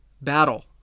battle